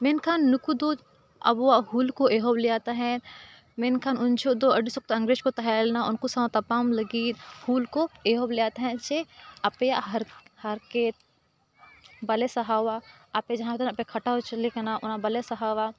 ᱢᱮᱱᱠᱷᱟᱱ ᱱᱩᱠᱩ ᱫᱚ ᱟᱵᱚᱣᱟᱜ ᱦᱩᱞ ᱠᱚ ᱮᱦᱚᱵ ᱞᱮᱫᱟ ᱛᱟᱦᱮᱸ ᱢᱮᱱᱠᱷᱟᱱ ᱩᱱ ᱡᱚᱦᱚᱜ ᱫᱚ ᱟᱹᱰᱤ ᱥᱚᱠᱛᱚ ᱤᱝᱜᱨᱮᱡᱽ ᱠᱚ ᱛᱟᱦᱮᱸ ᱞᱮᱱᱟ ᱩᱱᱠᱩ ᱥᱟᱶ ᱛᱟᱯᱟᱢ ᱞᱟᱹᱜᱤᱫ ᱦᱩᱞ ᱠᱚ ᱮᱦᱚᱵ ᱞᱮᱫᱟ ᱛᱟᱦᱮᱸᱫ ᱡᱮ ᱟᱯᱮᱭᱟᱜ ᱦᱟᱨᱠᱮᱛ ᱵᱟᱞᱮ ᱥᱟᱦᱟᱣᱟ ᱟᱯᱮ ᱡᱟᱦᱟᱸ ᱛᱤᱱᱟᱹᱜ ᱯᱮ ᱠᱷᱟᱴᱟᱣ ᱦᱚᱪᱚᱞᱮ ᱠᱟᱱᱟ ᱚᱱᱟ ᱵᱟᱞᱮ ᱥᱟᱦᱟᱣᱟ